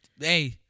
Hey